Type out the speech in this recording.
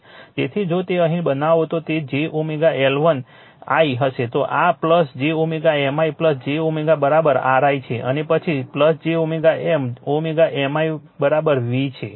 તેથી જો તેને અહીં બનાવો તો તે j L1 i હશે તો આ j M i j r i છે અને પછી j M M i v છે